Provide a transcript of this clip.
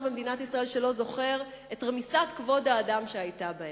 במדינת ישראל שלא זוכר את רמיסת כבוד האדם שהיתה בהם.